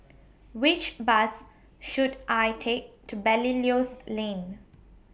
Which Bus should I Take to Belilios Lane